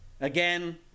Again